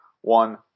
One